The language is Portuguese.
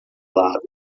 lago